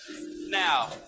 Now